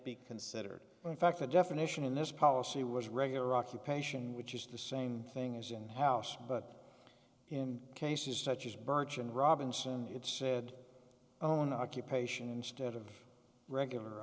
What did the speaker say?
be considered in fact the definition in this policy was regular occupation which is the same thing as in house but in cases such as birch and robinson it said own occupation instead of regular